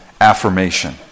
affirmation